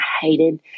hated –